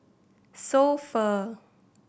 So Pho